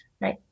right